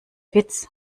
witz